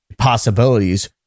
possibilities